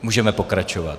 Můžeme pokračovat.